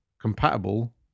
compatible